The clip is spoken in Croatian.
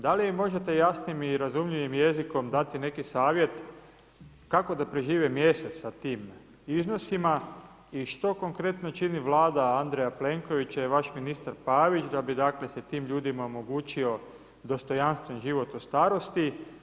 Da li mi možete jasnijim i razumljivim jezikom dati neki savjet, kako da prežive mjesec s tim iznosima i što konkretno čini Vlada Andreja Plenkovića i vaš ministar Pavić da bi se tim ljudima omogućio dostojanstven život u starosti.